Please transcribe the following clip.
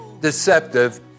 deceptive